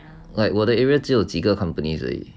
like 我 the areas 只有几个 companies 而已